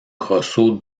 grosso